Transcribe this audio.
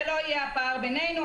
זה לא יהיה הפער בינינו.